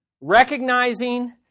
recognizing